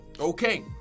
Okay